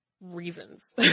reasons